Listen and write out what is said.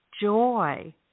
joy